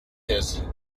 his